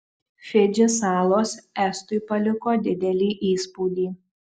fidži salos estui paliko didelį įspūdį